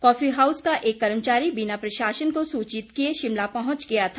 coffee house का एक कर्मचारी बिना प्रशासन को सूचित किए शिमला पंहुच गया था